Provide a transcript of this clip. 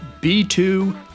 B2